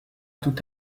tout